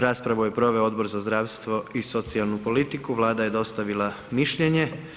Raspravu je proveo Odbor za zdravstvo i socijalnu politiku, Vlada je dostavila mišljenje.